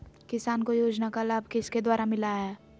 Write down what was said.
किसान को योजना का लाभ किसके द्वारा मिलाया है?